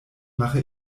mache